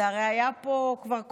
זה הרי היה פה כבר קודם.